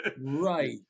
Right